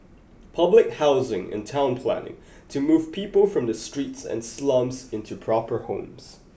public housing and town planning to move people from the streets and slums into proper homes